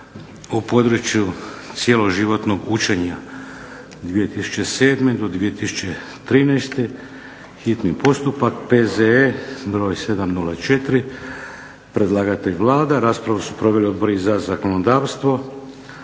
u području cjeloživotnog učenja (2007.-2013.), hitni postupak, prvo i drugo čitanje, P.Z.E. broj 704 Predlagatelj Vlada. Raspravu su proveli Odbori za zakonodavstvo,